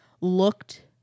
looked